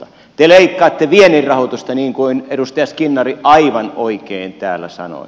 te leikkaatte viennin rahoitusta niin kuin edustaja skinnari aivan oikein täällä sanoi